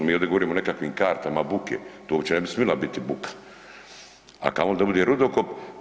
Mi ovdje govorimo o nekakvim kartama buke, tu uopće ne bi smila biti buka, a kamoli da bude rudokop.